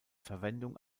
verwendung